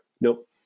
Nope